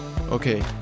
Okay